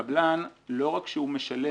הקבלן, לא רק שהוא משלם,